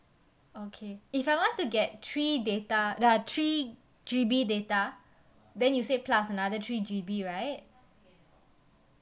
okay if I want to get three data uh three G_B data then you say plus another three G_B right